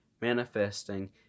manifesting